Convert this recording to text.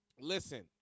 listen